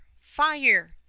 Fire